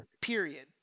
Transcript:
period